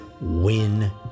win